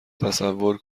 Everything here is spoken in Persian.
تصور